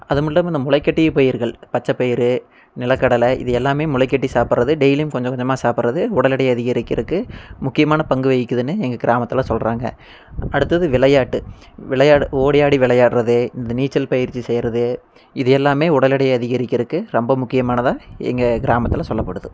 அதுவும் இல்லாமல் இந்த முளைக்கட்டிய பயிர்கள் பச்சப்பயிறு நிலக்கடலை இது எல்லாமே முளைக்கட்டி சாப்பிட்றது டெய்லியும் கொஞ்சம் கொஞ்சமாக சாப்பிட்றது உடல் இடைய அதிகரிக்கிறக்கு முக்கியமான பங்கு வகிக்கிதுன்னு எங்கள் கிராமத்தில் சொல்லுறாங்க அடுத்தது விளையாட்டு விளையாட ஓடி ஆடி விளையாடுறது இந்த நீச்சல் பயிற்சி செய்யிறது இது எல்லாமே உடல் இடைய அதிகரிக்கிறக்கு ரொம்ப முக்கியமானதாக எங்கள் கிராமத்தில் சொல்லப்படுது